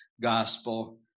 gospel